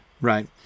right